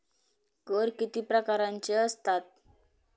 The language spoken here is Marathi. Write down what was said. कर किती प्रकारांचे असतात?